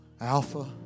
Alpha